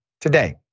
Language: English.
today